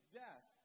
death